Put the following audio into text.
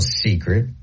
secret